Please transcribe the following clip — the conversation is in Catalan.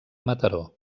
mataró